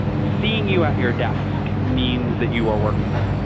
seeing you at your desk means that you're working,